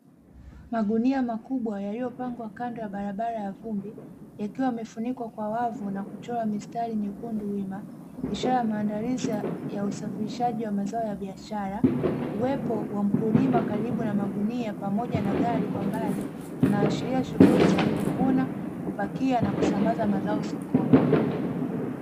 Magunia makubwa yaliyopangwa kando ya barabara ya vumbi, yakiwa yamefunikwa kwa wavu na kuchorwa mistari myekundu wima, ishara ya maandalizi ya usafirishaji wa mazao ya biashara. Uwepo wa mkulima karibu na magunia pamoja na gari kwa mbali, unaashiria shughuli za kuvuna, kupakia na kusambaza mazao sokoni.